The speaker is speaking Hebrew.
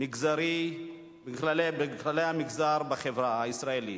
מגזרי החברה הישראלית,